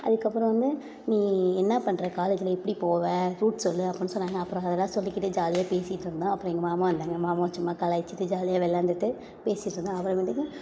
அதுக்கப்புறம் வந்து நீ என்ன பண்ணுற காலேஜ்ஜில் எப்படி போவ ரூட் சொல் அப்புடின்னு சொன்னாங்க அப்புறம் அதெலாம் சொல்லிக்கிட்டு ஜாலியாக பேசிகிட்ருந்தோம் அப்புறம் எங்கள் மாமா வந்தாங்க மாமா சும்மா கலாய்ச்சுட்டு ஜாலியாக விளாண்டுட்டு பேசிகிட்ருந்தோம் அப்புறமேட்டுக்கு